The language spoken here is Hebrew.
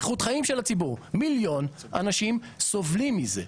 איכות חיים של הציבור, מיליון אנשים סובלים מזה.